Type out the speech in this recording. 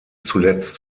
zuletzt